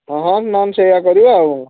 ହଁ ନହେଲେ ସେଇଆ କରିବା ଆଉ